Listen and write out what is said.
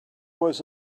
was